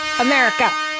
America